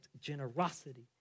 generosity